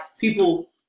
people